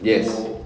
yes